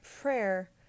prayer